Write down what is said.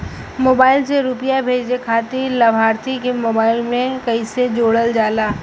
Mobile से रूपया भेजे खातिर लाभार्थी के मोबाइल मे कईसे जोड़ल जाला?